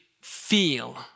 feel